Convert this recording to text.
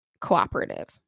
cooperative